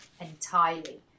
Entirely